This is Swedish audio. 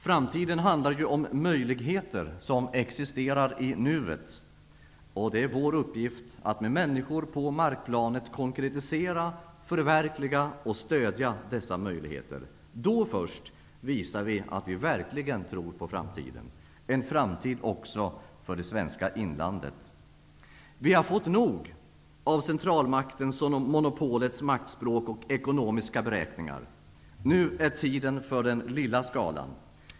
Framtiden handlar om möjligheter som existerar i nuet, och det är vår uppgift att med människor på markplanet konkretisera, förverkliga och stödja dessa möjligheter. Då först visar vi att vi verkligen tror på framtiden -- en framtid också för det svenska inlandet. ''Vi har fått nog av centralmaktens och monopolets maktspråk och ekonomiska beräkningar. Nu är tiden för den lilla skalan.